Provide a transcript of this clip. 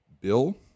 Bill